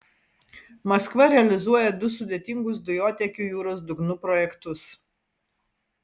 maskva realizuoja du sudėtingus dujotiekių jūros dugnu projektus